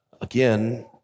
Again